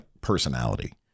personality